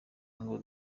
ngo